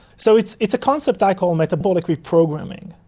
so it's it's a concept i call metabolic reprogramming,